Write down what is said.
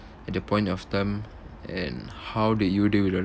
at the point of time and how did you deal with the